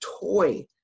toy